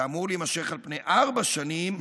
שאמור להימשך על פני ארבע שנים,